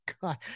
god